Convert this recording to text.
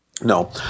No